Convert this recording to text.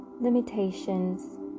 limitations